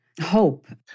hope